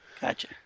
Gotcha